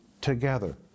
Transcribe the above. together